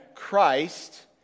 Christ